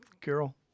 Carol